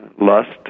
lust